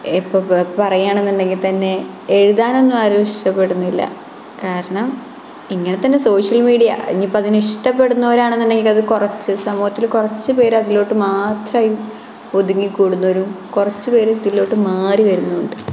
എപ്പോൾ പോ പറയുകയാണെങ്കില് തന്നെ എഴുതാനൊന്നും ആരും ഇഷ്ടപ്പെടുന്നില്ല കാരണം ഇങ്ങനെ തന്നെ സോഷ്യല് മീഡിയ ഇനിയിപ്പതിനെ ഇഷ്ടപ്പെടുന്നവരാണെന്നുണ്ടെങ്കിൽ അത് കുറച്ചു സമൂഹത്തില് കുറച്ചു പേർ അതിലോട്ടു മാത്രമായി ഒതുങ്ങി കൂടുന്നവരും കുറച്ചു പേർ ഇതിലോട്ടു മാറി വരുന്നവരുന്നുണ്ട്